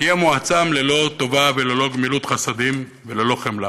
תהיה מועצם ללא טובה וללא גמילות חסדים וללא חמלה.